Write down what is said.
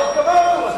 אז גמרנו.